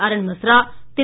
Arun Mishra Thiru